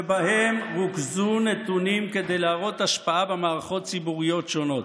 ובהם רוכזו נתונים כדי להראות השפעה במערכות ציבוריות שונות.